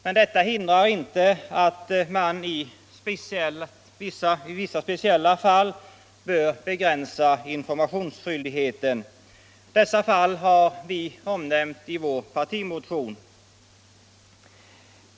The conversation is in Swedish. Men detta hindrar inte att man i vissa speciella fall bör begränsa informationsskyldigheten. Dessa fall har vi omnämnt i vår partimotion.